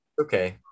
Okay